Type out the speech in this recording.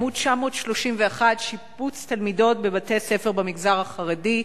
עמוד 931 שיבוץ תלמידות בבתי-הספר במגזר החרדי.